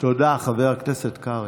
תודה, חבר הכנסת קרעי.